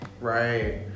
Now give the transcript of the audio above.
right